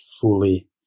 fully